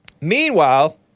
Meanwhile